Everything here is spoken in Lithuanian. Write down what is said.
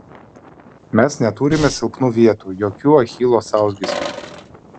mes neturime silpnų vietų jokių achilo sausgyslių